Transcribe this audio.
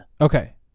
Okay